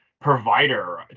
provider